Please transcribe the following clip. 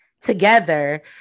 together